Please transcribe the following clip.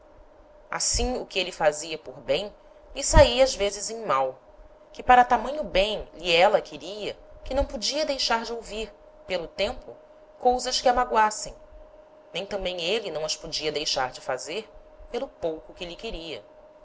assim o que êle fazia por bem lhe saía ás vezes em mal que para tamanho bem lhe éla queria que não podia deixar de ouvir pelo tempo cousas que a magoassem nem tambem êle não as podia deixar de fazer pelo pouco que lhe queria